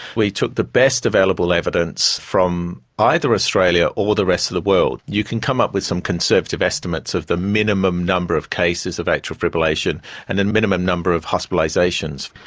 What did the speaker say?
we took the best available evidence from either australia or the rest of the world. you can come up with some conservative estimates of the minimum number of cases of atrial fibrillation and the and minimum number of hospitalisations.